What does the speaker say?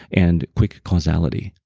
and quick causality,